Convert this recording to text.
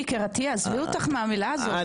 עזבי אותך מהמילה הזאת,